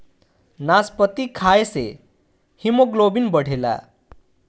नाशपाती खाए से हिमोग्लोबिन बढ़ेला